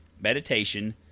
meditation